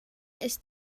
ist